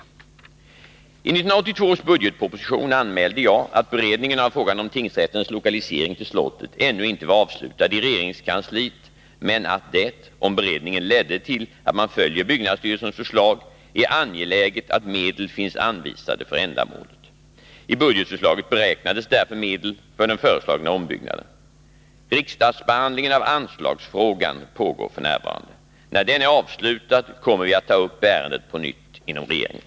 I 1982 års budgetproposition anmälde jag att beredningen av frågan om tingsrättens lokalisering till slottet ännu inte var avslutad i regeringskansliet men att det — om beredningen skulle leda till att man följer byggnadsstyrelsens förslag — är angeläget att medel finns anvisade för ändamålet. I budgetförslaget beräknades därför medel för den föreslagna ombyggnaden. Riksdagsbehandlingen av anslagsfrågan pågår f.n. När den är avslutad kommer vi att ta upp ärendet på nytt inom regeringen.